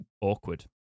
awkward